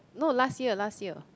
no last year last year